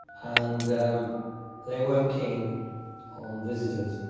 and they weren't keen on visitors.